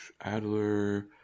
Adler